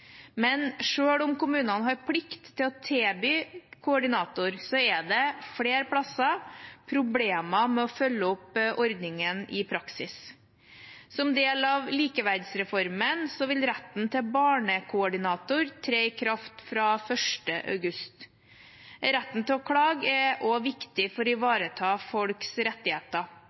Men selv om kommunene har plikt til å tilby koordinator, er det flere plasser problemer med å følge opp ordningen i praksis. Som del av likeverdsreformen vil retten til barnekoordinator tre i kraft fra 1. august. Retten til å klage er også viktig for å ivareta folks rettigheter.